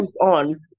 on